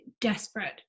desperate